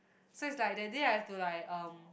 so it's like that day I have to like um